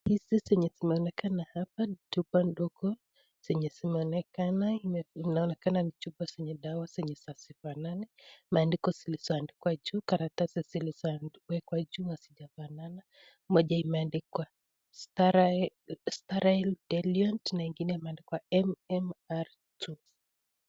Hizi zenye zimeonekana hapa ni chupa ndogo zenye inaonekana ni chupa zenye dawa hasifanani. Maandiko zilizoandikwa juu, makaratasi zilizoandikwa juu hazijafanana. Moja imeandikwa sterile diluen na ingine imeandikwa MMR two .